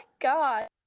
God